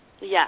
Yes